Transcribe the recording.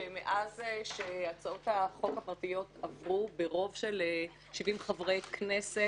שמאז שהצעות החוק הפרטיות עברו ברוב של 70 חברי כנסת,